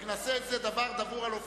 רק נעשה את זה דבר דבור על אופניו.